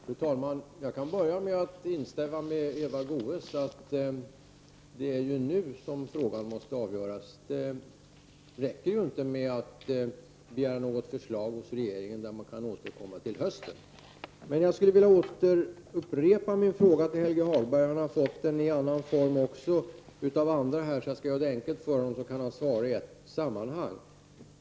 Fru talman! Jag kan börja med att instämma med Eva Goés i att det är nu som frågan måste avgöras. Det räcker inte med att begära något förslag hos regeringen, som sedan kan återkomma till hösten. Jag vill upprepa min fråga till Helge Hagberg. Han har fått den i annan form av andra också, och jag skall göra det enkelt för honom genom att låta honom svara i ett sammanhang.